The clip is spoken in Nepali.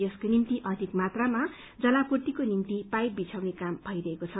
यसको निम्ति अधिक मात्रामा जलापूर्तिको निम्ति पाइप बिछयाउने काम भइरहेको छ